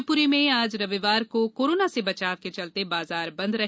शिवपुरी में आज रविवार को कोरोना से बचाव के चलते बाजार बंद रहे